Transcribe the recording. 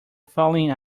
falling